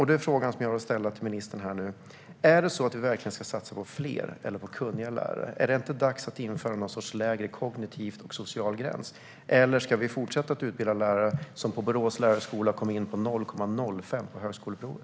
Då är frågan som jag vill ställa till ministern här nu: Ska vi verkligen satsa på fler och inte på kunniga lärare? Är det inte dags att införa någon sorts lägre kognitiv och social gräns? Eller ska vi fortsätta att utbilda lärare som kommer in på Borås skola med resultatet 0,05 på högskoleprovet?